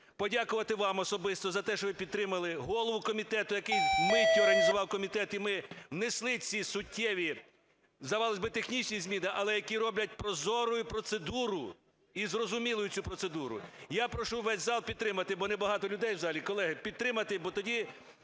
подякувати вам особисто за те, що ви підтримали голову комітету, який миттю організував комітет, і ми внесли ці суттєві, здавалось би, технічні зміни, але які роблять прозорою процедуру і зрозумілою цю процедуру. Я прошу весь зал підтримати, бо не багато людей в залі, колеги, підтримати, бо тоді,